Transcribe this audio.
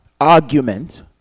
argument